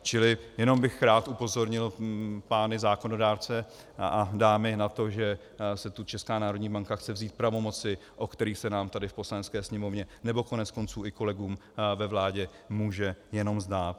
Čili jenom bych rád upozornil pány zákonodárce a dámy na to, že si tu Česká národní banka chce vzít pravomoci, o kterých se nám tady v Poslanecké sněmovně, nebo koneckonců i kolegům ve vládě může jenom zdát.